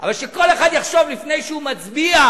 אבל שכל אחד יחשוב לפני שהוא מצביע,